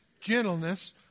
gentleness